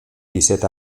disset